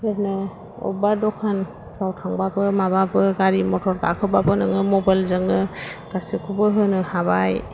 अबेबा दखानफ्राव थांबाबो माबाबो गारि मथर गाखोबाबो नोङो मबाइलजोंनो गासैखौबो होनो हाबाय